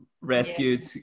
rescued